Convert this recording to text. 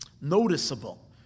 noticeable